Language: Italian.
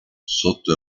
sotto